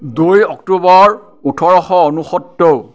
দুই অক্টোবৰ ওঠৰশ ঊনসত্তৰ